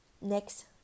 Next